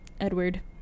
Edward